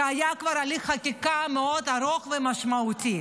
כי היה כבר הליך חקיקה מאוד ארוך ומשמעותי.